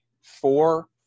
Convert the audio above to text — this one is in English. four